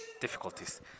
difficulties